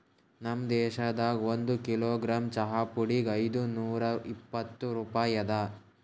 ನಮ್ ದೇಶದಾಗ್ ಒಂದು ಕಿಲೋಗ್ರಾಮ್ ಚಹಾ ಪುಡಿಗ್ ಐದು ನೂರಾ ಇಪ್ಪತ್ತು ರೂಪಾಯಿ ಅದಾ